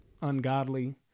ungodly